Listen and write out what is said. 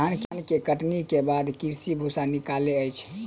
धान के कटनी के बाद कृषक भूसा निकालै अछि